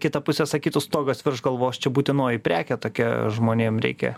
kita pusė sakytų stogas virš galvos čia būtinoji prekė tokia žmonėm reikia